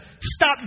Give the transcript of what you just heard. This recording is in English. stop